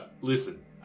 Listen